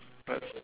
best